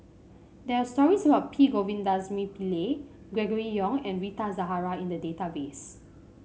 there are stories about P Govindasamy Pillai Gregory Yong and Rita Zahara in the database